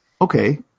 okay